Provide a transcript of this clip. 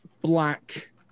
black